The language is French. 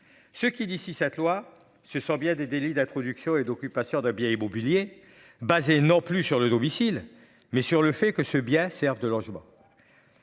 Ce qu'il dit, si cette loi, ce sont bien des délits d'introduction et d'occupation de biens immobiliers basée non plus sur le domicile mais sur le fait que ce bien serve de logement.